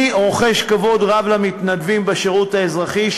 אני רוחש כבוד רב למתנדבים בשירות האזרחי,